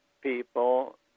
people